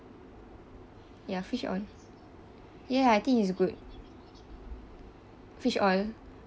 ya fish oil ya ya I think it's good fish oil